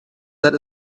that